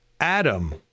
Adam